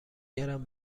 گرم